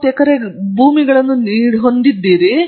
ನೀವು 630 ಎಕರೆಗಳನ್ನು ಹೊಂದಿದ್ದೀರಿ